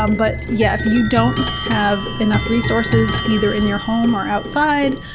um but yeah if you don't have enough resources, either in your home or outside,